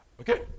Okay